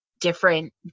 different